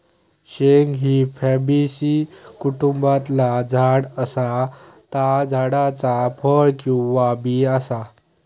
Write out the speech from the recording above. शेंग ही फॅबेसी कुटुंबातला झाड असा ता झाडाचा फळ किंवा बी असा